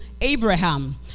Abraham